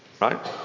right